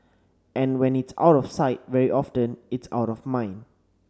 and when it's out of sight very often it's out of mind